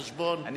חשבון,